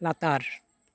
ᱞᱟᱛᱟᱨ